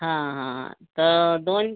हा हा तर दोन